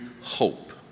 Hope